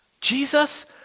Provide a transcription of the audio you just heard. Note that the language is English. Jesus